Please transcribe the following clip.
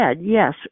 yes